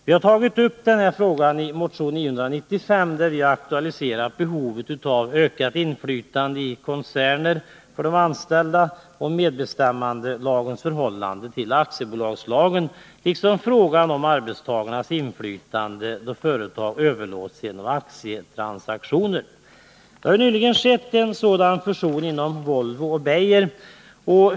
Vi har tagit upp denna fråga i motion 995, där vi har aktualiserat behovet av ökat inflytande för de anställda i koncerner och medbestämmandelagens förhållande till aktiebolagslagen liksom frågan om arbetstagarnas inflytande då företag överlåts genom aktietransaktioner. Det har ju nyligen skett en sådan fusion mellan Volvo och Beijerinvest.